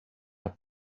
had